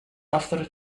after